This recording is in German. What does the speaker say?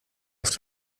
auf